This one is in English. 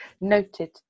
noted